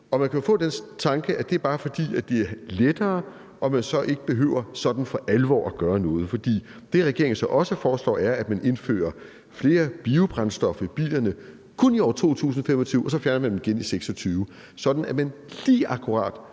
og man kan jo få den tanke, at det bare er, fordi det er lettere, og at man så ikke sådan for alvor behøver at gøre noget. For det, som regeringen så også foreslår, er, at man indfører flere biobrændstoffer i bilerne – kun i år 2025 – og så fjerner man det igen i 2026, sådan at man lige akkurat